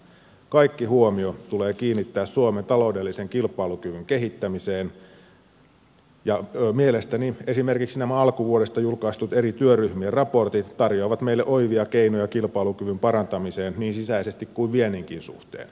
kaikki huomio tulee kiinnittää suomen taloudellisen kilpailukyvyn kehittämiseen ja mielestäni esimerkiksi nämä alkuvuodesta julkaistut eri työryhmien raportit tarjoavat meille oivia keinoja kilpailukyvyn parantamiseen niin sisäisesti kuin vienninkin suhteen